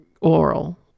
oral